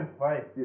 fight